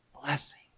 blessing